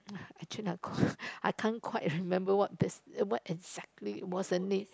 uh actually I quite I can't quite remember what bus~ what exactly was the name